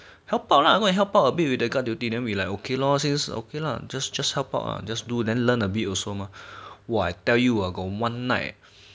help out lah go and help out a bit with the guard duty then we like okay lor since okay lah just just help lah just do then learn a bit also mah !wah! tell you will got one night